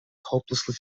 hopelessly